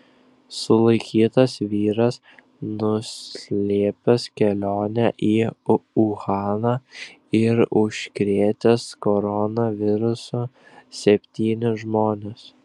sulaikytas vyras nuslėpęs kelionę į uhaną ir užkrėtęs koronavirusu septynis žmones